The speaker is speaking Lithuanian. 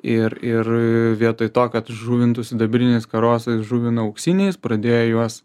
ir ir vietoj to kad žuvintų sidabriniais karosais žuvina auksiniais pradėjo juos